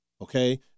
okay